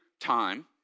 time